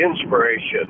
inspiration